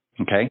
Okay